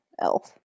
elf